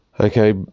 Okay